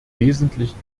wesentlichen